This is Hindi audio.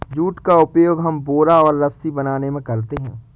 जूट का उपयोग हम बोरा और रस्सी बनाने में करते हैं